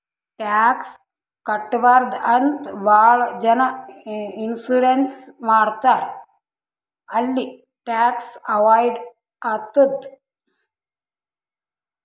tax ಕಟ್ಬಾರ್ದು ಅಂತೆ ಭಾಳ ಜನ ಇನ್ಸೂರೆನ್ಸ್ ಮಾಡುಸ್ತಾರ್ ಅಲ್ಲಿ ಟ್ಯಾಕ್ಸ್ ಅವೈಡ್ ಆತ್ತುದ್